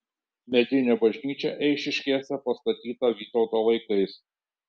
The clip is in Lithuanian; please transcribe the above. medinė bažnyčia eišiškėse pastatyta vytauto laikais